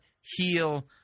heal